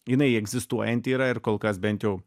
jinai egzistuojanti yra ir kol kas bent jau